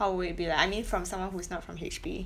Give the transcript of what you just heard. how will it be like I mean like from someone who is not from H_P